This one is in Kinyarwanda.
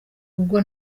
ubwo